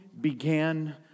began